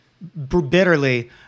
bitterly